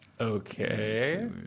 Okay